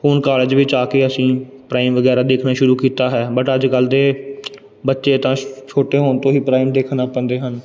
ਹੁਣ ਕਾਲਜ ਵਿੱਚ ਆ ਕੇ ਅਸੀਂ ਪ੍ਰਾਈਮ ਵਗੈਰਾ ਦੇਖਣਾ ਸ਼ੁਰੂ ਕੀਤਾ ਹੈ ਬਟ ਅੱਜ ਕੱਲ੍ਹ ਦੇ ਬੱਚੇ ਤਾਂ ਛੋਟੇ ਹੋਣ ਤੋਂ ਹੀ ਪ੍ਰਾਈਮ ਦੇਖਣ ਲੱਗ ਪੈਂਦੇ ਹਨ